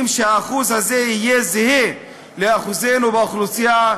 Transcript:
שהאחוז הזה יהיה זהה לאחוז שלנו באוכלוסייה,